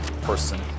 Person